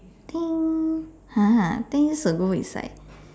think !huh! ten years ago is like